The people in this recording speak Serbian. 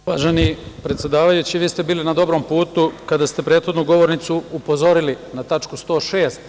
Uvaženi predsedavajući, vi ste bili na dobrom putu kada ste prethodnu govornicu upozorili na tačku 106.